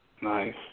Nice